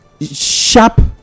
sharp